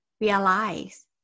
realize